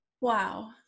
Wow